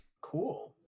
cool